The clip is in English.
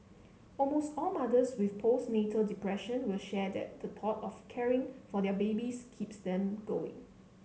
almost all mothers with postnatal depression will share that the thought of caring for their babies keeps them going